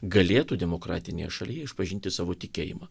galėtų demokratinėje šalyje išpažinti savo tikėjimą